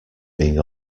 being